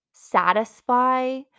satisfy